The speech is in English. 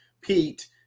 Pete